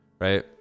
Right